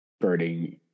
birding